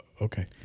Okay